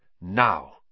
Now